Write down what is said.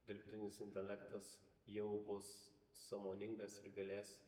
dirbtinis intelektas jau bus sąmoningas ir galės